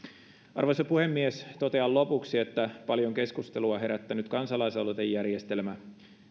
arvoisa puhemies totean lopuksi että paljon keskustelua herättänyt kansalaisaloitejärjestelmä